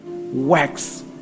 works